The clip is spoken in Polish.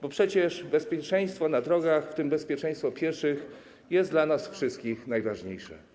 Bo przecież bezpieczeństwo na drogach, w tym bezpieczeństwo pieszych, jest dla nas wszystkich najważniejsze.